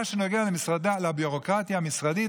במה שנוגע לביורוקרטיה המשרדית,